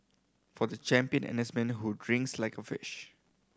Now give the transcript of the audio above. for the champion N S man who drinks like a fish